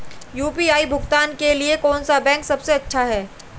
UPI भुगतान के लिए कौन सा बैंक सबसे अच्छा है?